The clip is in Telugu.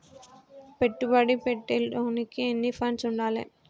పెట్టుబడి పెట్టేటోనికి ఎన్ని ఫండ్స్ ఉండాలే?